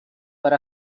per